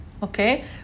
Okay